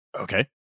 Okay